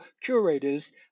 curators